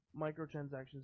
microtransactions